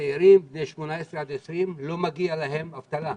לצעירים בני 18 עד 20 לא מגיע אבטלה.